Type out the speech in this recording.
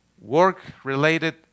Work-related